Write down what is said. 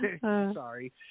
Sorry